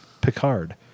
Picard